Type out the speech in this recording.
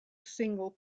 single